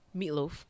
Meatloaf